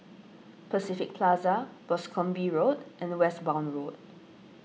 Pacific Plaza Boscombe Road and Westbourne Road